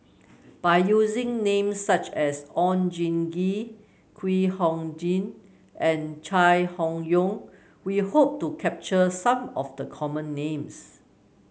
by using names such as Oon Jin Gee Kwek Hong Jing and Chai Hon Yoong we hope to capture some of the common names